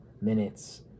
minutes